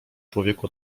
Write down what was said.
człowieku